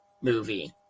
movie